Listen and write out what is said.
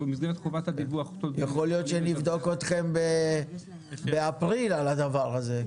במסגרת חובת הדיווח --- יכול להיות שנבדוק אתכם באפריל על הדבר הזה.